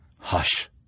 Hush